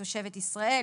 תושבת ישראל,